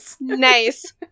Nice